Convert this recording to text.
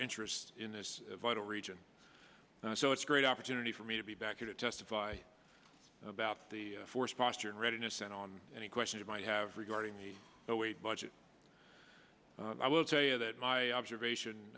interests in this vital region so it's a great opportunity for me to be back here to testify about the force posture and readiness and on any question you might have regarding the weight budget i will tell you that my observation